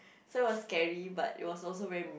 somewhat scary but it was also very